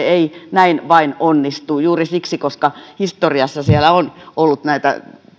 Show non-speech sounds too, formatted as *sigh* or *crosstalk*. *unintelligible* ei näin vain onnistu juuri siksi koska historiassa on ollut näitä